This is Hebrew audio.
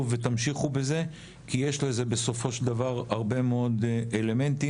ותמשיכו בזה כי יש לזה בסופו של דבר הרבה מאוד אלמנטים.